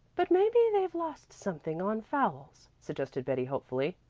but maybe they've lost something on fouls, suggested betty hopefully.